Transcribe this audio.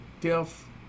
death